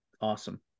Awesome